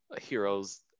heroes